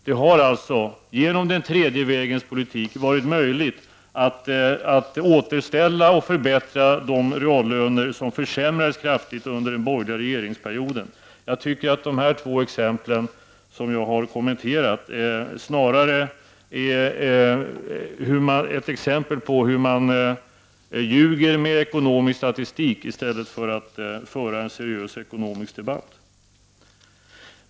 På grund av den tredje vägens politik har det alltså varit möjligt att återställa och förbättra de reallöner som kraftigt försämrades under den borgerliga regeringsperioden. Jag tycker att de två exempel som jag har kommenterat snarare är tecken på hur man ljuger med ekonomisk statistik än på en seriös ekonomisk debatt.